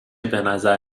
بنظر